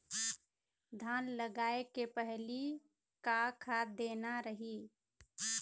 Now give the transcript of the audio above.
धान लगाय के पहली का खाद देना रही?